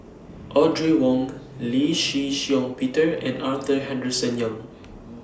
Audrey Wong Lee Shih Shiong Peter and Arthur Henderson Young